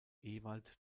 ewald